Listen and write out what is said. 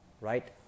right